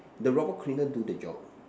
the robot cleaner do the job